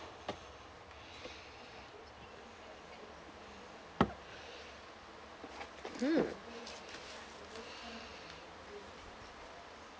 mm